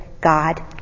God